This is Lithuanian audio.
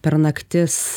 per naktis